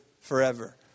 forever